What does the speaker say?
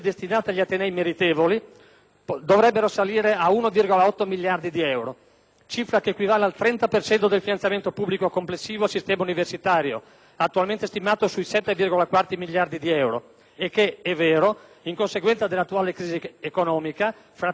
dovrebbero salire a 1,8 miliardi di euro, cifra che equivale al 30 per cento del finanziamento pubblico complessivo al sistema universitario, attualmente stimato sui 7,4 miliardi di euro, e che - è vero - in conseguenza dell'attuale crisi economica fra 3 anni potrebbe scendere a 6 miliardi.